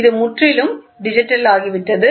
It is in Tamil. இது முற்றிலும் டிஜிட்டலாகிவிட்டது